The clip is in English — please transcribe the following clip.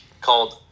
called